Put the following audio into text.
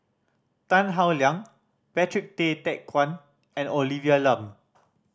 Tan Howe Liang Patrick Tay Teck Guan and Olivia Lum